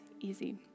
easy